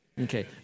Okay